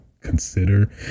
consider